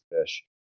fish